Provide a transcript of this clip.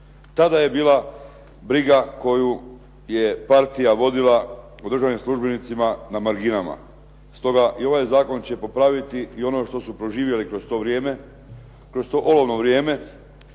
Tada je bila briga koju je partija vodila o državnim službenicima na marginama. Stoga i ovaj zakon će popraviti i ono što su proživjeli kroz to vrijeme,